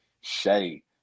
Shay